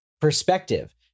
perspective